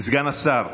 סגן השר.